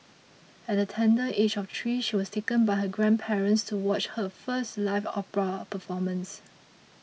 at the tender age of three she was taken by her grandparents to watch her first live opera performance